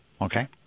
Okay